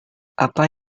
apa